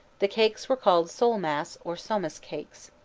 the cakes were called soul-mass or somas cakes.